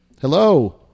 Hello